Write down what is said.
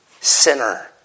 Sinner